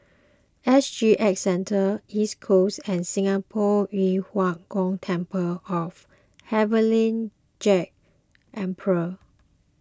S G X Centre East Coast and Singapore Yu Huang Gong Temple of Heavenly Jade Emperor